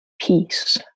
peace